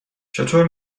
چطور